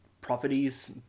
properties